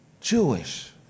Jewish